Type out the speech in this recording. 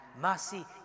mercy